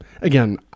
Again